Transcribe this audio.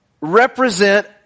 represent